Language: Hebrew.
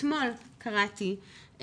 אתמול קראתי,